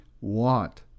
want